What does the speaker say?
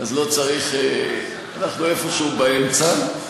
אז לא צריך, אנחנו איפשהו באמצע.